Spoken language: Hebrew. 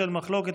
בשל מחלוקת,